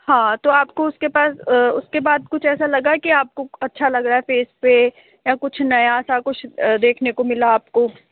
हाँ तो आपको उसके पास उसके बाद कुछ ऐसा लगा की आपको अच्छा लग रहा है फेस पर या कुछ नया सा कुछ देखने मिला आपको